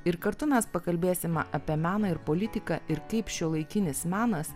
ir kartu mes pakalbėsime apie meną ir politiką ir kaip šiuolaikinis menas